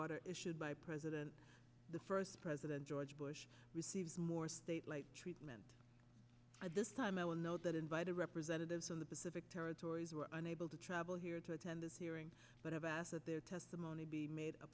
water issued by president the first president george bush receives more state like treatment at this time i'll note that invited representatives of the pacific territories were unable to travel here to attend this hearing but have asked that their testimony be made a